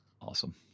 Awesome